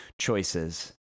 choices